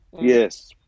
Yes